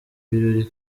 birori